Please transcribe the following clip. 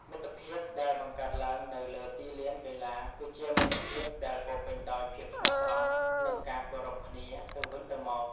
មិត្តភាពដែលបង្កើតឡើងនៅលើទីលានកីឡាគឺជាមិត្តភាពដែលពោរពេញដោយភាពស្មោះត្រង់និងការគោរពគ្នាទៅវិញទៅមក។